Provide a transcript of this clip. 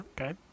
Okay